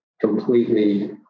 completely